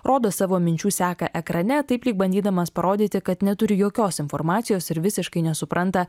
rodo savo minčių seką ekrane taip lyg bandydamas parodyti kad neturi jokios informacijos ir visiškai nesupranta